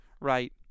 right